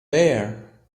there